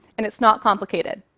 and it's not complicated.